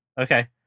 Okay